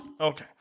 Okay